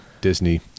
Disney